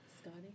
Scotty